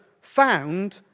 found